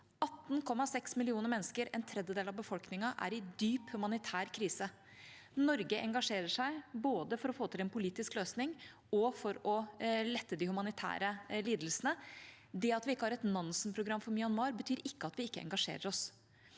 18,6 millioner mennesker, en tredjedel av befolkningen, er i dyp humanitær krise. Norge engasjerer seg både for å få til en politisk løsning og for å lette de humanitære lidelsene. Det at vi ikke har et Nansen-program for Myanmar, betyr ikke at vi ikke engasjerer oss.